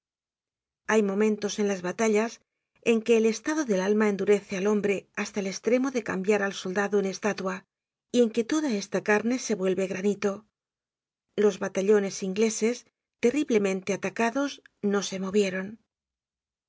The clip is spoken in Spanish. hay momentos en las batallas en que el estado del alma endurece al hombre hasta el estremo de cambiar al soldado en estatua y en que toda esta carne se vuelve granito los batallones ingleses terriblemente atacados no se movieron